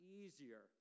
easier